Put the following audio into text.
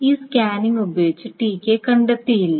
ഈ സ്കാനിംഗ് ഉപയോഗിച്ച് Tk കണ്ടെത്തിയില്ല